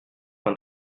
fin